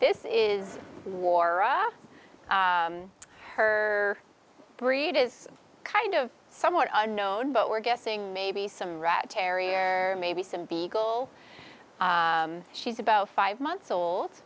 this is war her breed is kind of somewhat unknown but we're guessing maybe some rat terrier maybe some beagle she's about five months old